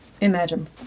imagine